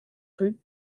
rues